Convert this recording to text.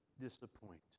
disappoint